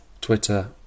Twitter